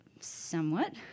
Somewhat